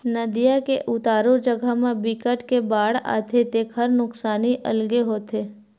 नदिया के उतारू जघा म बिकट के बाड़ आथे तेखर नुकसानी अलगे होथे